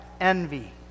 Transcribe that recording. envy